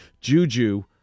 Juju